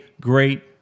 great